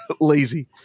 lazy